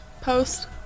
post